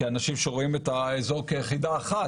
כי אנשים שרואים את האזור כיחידה אחת,